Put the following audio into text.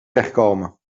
wegkomen